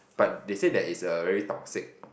but they said that it's a very toxic